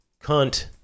cunt